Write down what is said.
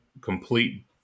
complete